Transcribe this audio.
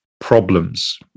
problems